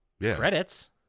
credits